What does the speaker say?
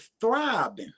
thriving